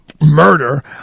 murder